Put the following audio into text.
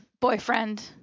boyfriend